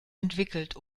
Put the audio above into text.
entwickelt